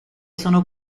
sono